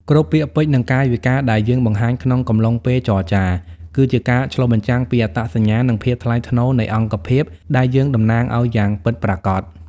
គ្រប់ពាក្យពេចន៍ និងកាយវិការដែលយើងបង្ហាញក្នុងកំឡុងពេលចរចា គឺជាការឆ្លុះបញ្ចាំងពីអត្តសញ្ញាណ និងភាពថ្លៃថ្នូរនៃអង្គភាពដែលយើងតំណាងឱ្យយ៉ាងពិតប្រាកដ។